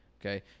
okay